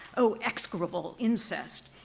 oh execrable incest.